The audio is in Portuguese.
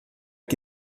que